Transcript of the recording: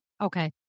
Okay